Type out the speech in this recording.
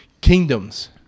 kingdoms